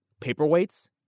paperweights